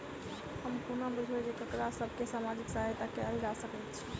हम कोना बुझबै सँ ककरा सभ केँ सामाजिक सहायता कैल जा सकैत छै?